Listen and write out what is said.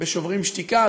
ב"שוברים שתיקה",